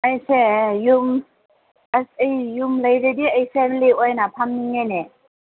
ꯑꯩꯁꯦ ꯌꯨꯝ ꯑꯁ ꯑꯩ ꯌꯨꯝ ꯂꯩꯔꯗꯤ ꯑꯩꯐꯦꯃꯦꯂꯤ ꯑꯣꯏꯅ ꯐꯝꯅꯤꯡꯉꯦꯅꯦ